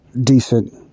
decent